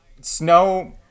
snow